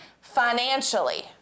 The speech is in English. financially